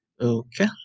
Okay